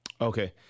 Okay